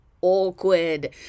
awkward